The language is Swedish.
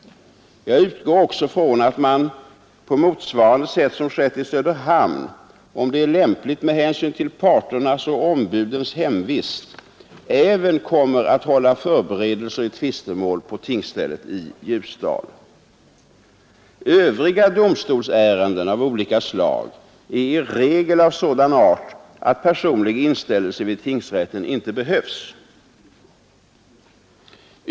Jag utgår också från att man på motsvarande sätt som skett i Söderhamn, om det är lämpligt med hänsyn till parternas och ombudens hemvist, även kommer att hålla förberedelser i tvistemål på tingsstället i Ljusdal. Övriga domstolsärenden av olika slag är i regel av sådan art att personlig inställelse vid tingsrätten inte behövs.